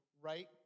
right